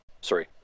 sorry